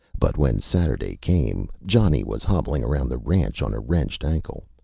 but when saturday came, johnny was hobbling around the ranch on a wrenched ankle,